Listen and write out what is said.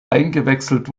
eingewechselt